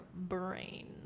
brain